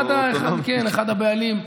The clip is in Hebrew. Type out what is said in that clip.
אחד הבעלים.